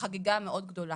בחגיגה מאוד גדולה.